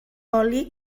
oli